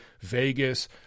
Vegas